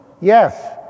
Yes